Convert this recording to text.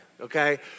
okay